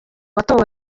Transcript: watowe